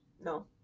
no